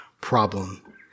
problem